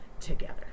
together